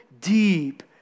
deep